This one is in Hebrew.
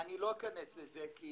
אני לא אכנס לזה, כי